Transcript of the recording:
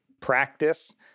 practice